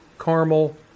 caramel